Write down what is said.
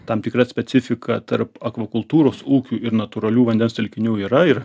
tam tikra specifika tarp akvakultūros ūkių ir natūralių vandens telkinių yra ir